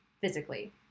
physically